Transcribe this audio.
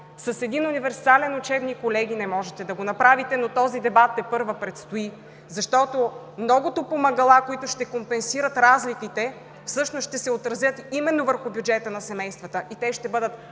С един универсален учебник, колеги, не може да го направите. Но този дебат тепърва предстои. Многото помагала, които ще компенсират разликите, всъщност ще се отразят именно върху бюджета на семействата. И те ще бъдат